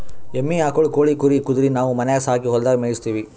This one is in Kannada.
ಎಮ್ಮಿ ಆಕುಳ್ ಕೋಳಿ ಕುರಿ ಕುದರಿ ನಾವು ಮನ್ಯಾಗ್ ಸಾಕಿ ಹೊಲದಾಗ್ ಮೇಯಿಸತ್ತೀವಿ